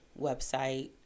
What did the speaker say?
website